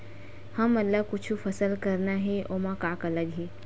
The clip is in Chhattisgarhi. हमन ला कुछु फसल करना हे ओमा का का लगही?